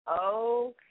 Okay